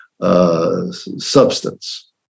Substance